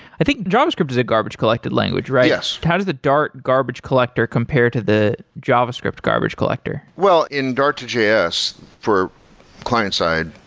i think javascript is a garbage collected language, right? yes. how does the dart garbage collector compared to the javascript garbage collector? well, in dart to js, for client-side,